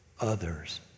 others